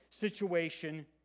situation